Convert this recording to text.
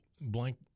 blank